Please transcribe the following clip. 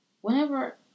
Whenever